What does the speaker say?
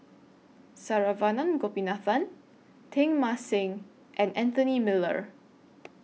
Saravanan Gopinathan Teng Mah Seng and Anthony Miller